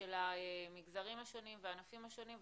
של המגזרים השונים והענפים השונים,